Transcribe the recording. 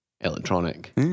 electronic